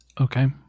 okay